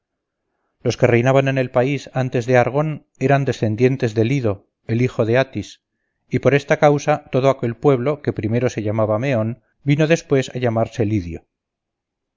los que reinaban en el país antes de argon eran descendientes de lydo el hijo de atis y por esta causa todo aquel pueblo que primero se llamaba meon vino después a llamarse lidio